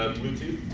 ah bluetooth